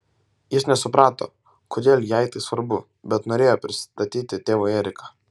jis nesuprato kodėl jai tai svarbu bet norėjo pristatyti tėvui eriką